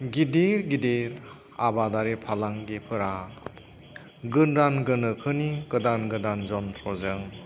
गिदिर गिदिर आबादारि फालांगिफोरा गोदान गोनोखोनि गोदान गोदान जन्थ्र'जों